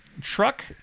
Truck